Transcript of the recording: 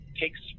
takes